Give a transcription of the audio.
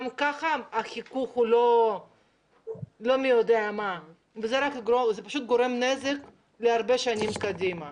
גם ככה החיכוך הוא לא יודע מה וזה גורם נזק להרבה שנים קדימה.